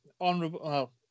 Honorable